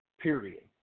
period